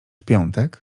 piątek